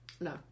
no